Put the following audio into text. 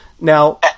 now